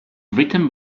written